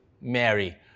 Mary